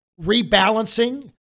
rebalancing